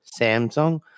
Samsung